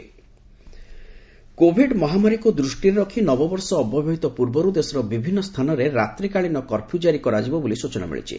night curfew Covid ମହାମାରୀକୁ ଦୃଷ୍ଟିରେ ରଖି ନବବର୍ଷ ଅବ୍ୟବହିତ ପୂର୍ବରୁ ଦେଶର ବିଭିନ୍ନ ସ୍ଥାନରେ ରାତ୍ରିକାଳୀନ କର୍ଫ୍ୟୁ ଜାରି କରାଯିବ ବୋଲି ସୂଚନା ମିଳିଛି